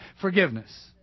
forgiveness